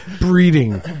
breeding